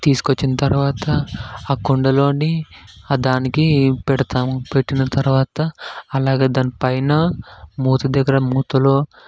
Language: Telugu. తీసుక వచ్చిన తర్వాత ఆ కుండలోండి దానికి పెడతాము పెట్టిన తర్వాత అలాగ దానిపైన మూత దగ్గర మూతలో